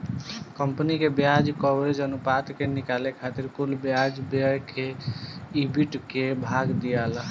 company के ब्याज coverage अनुपात के निकाले खातिर कुल ब्याज व्यय से ईबिट के भाग दियाला